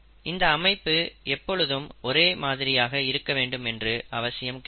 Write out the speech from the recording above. இந்த அமைப்பு எப்பொழுதும் ஒரே மாதிரியாக இருக்க வேண்டும் என்ற அவசியம் கிடையாது